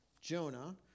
Jonah